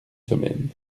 semaine